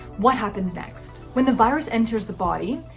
what happens next? when the virus enters the body,